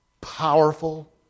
powerful